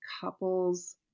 couples